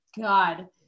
God